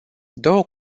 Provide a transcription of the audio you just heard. două